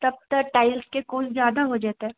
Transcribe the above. तब तऽ टाइल्सके कोस्ट जादा हो जेतै